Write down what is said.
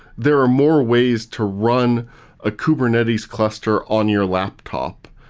there are more ways to run a kubernetes cluster on your laptop.